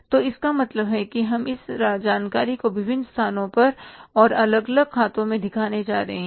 तो इसका मतलब है कि हम इस जानकारी को विभिन्न स्थानों पर और अलग अलग खातों में दिखाने जा रहे हैं